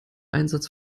einsatz